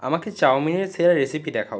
আমাকে চাউমিনের সেরা রেসিপি দেখাও